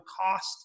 cost